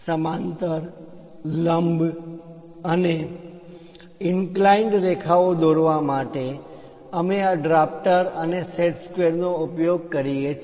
સમાંતર લંબ અને ઇન્ક્લાઈન્ડ રેખાઓ દોરવા માટે અમે આ ડ્રાફ્ટર અને સેટ સ્ક્વેર નો ઉપયોગ કરીએ છીએ